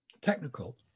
technical